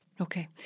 Okay